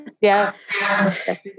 Yes